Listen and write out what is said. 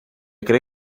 cree